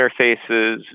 interfaces